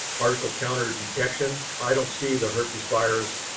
particle counter detection. i don't see the herpes virus.